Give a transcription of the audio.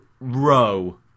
Row